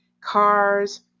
cars